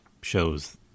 shows